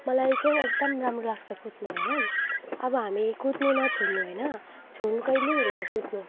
मलाई चाहिँ एकदम राम्रो लाग्छ कुद्नु होइन अब हामी कुद्नु नछोड्नु होइन छोड्नु कहिले हुँदैन कुद्नु